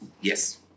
Yes